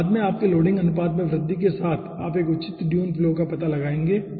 फिर बाद में आपके लोडिंग अनुपात में वृद्धि के साथ आप एक उचित ड्यून फ्लो का पता लगाएंगे